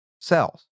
cells